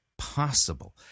possible